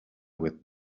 with